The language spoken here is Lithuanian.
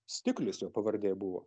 stiklius jo pavardė buvo